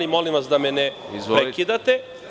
Molim vas da me ne prekidate.